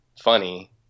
funny